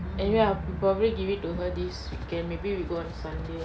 anyway I'll probably give it to her this weekend maybe we go on sunday